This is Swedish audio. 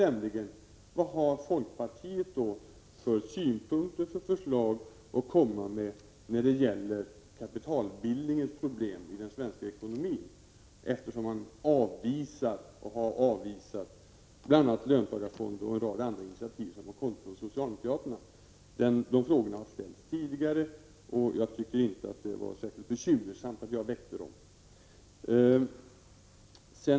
Vad har folkpartiet för synpunkter och förslag att komma med när det gäller kapitalbildningens problem i den svenska ekonomin, eftersom man avvisar och har avvisat bl.a. löntagarfonder och en rad andra initiativ från socialdemokraterna? De frågorna har ställts tidigare, och jag tycker inte att det var särskilt bekymmersamt att jag nu berörde dem.